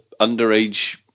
underage